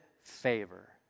favor